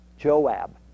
Joab